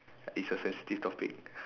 it's a sensitive topic